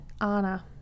Anna